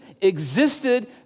existed